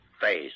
face